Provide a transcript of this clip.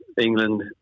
England